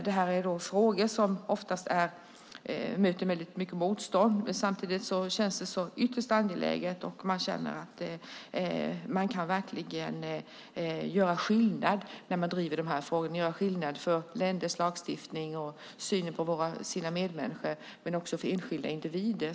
Det här är frågor som ofta möter mycket motstånd. Samtidigt känns de ytterst angelägna. När man driver de här frågorna känner man att man verkligen kan göra skillnad för länders lagstiftning och för synen på sina medmänniskor och enskilda individer.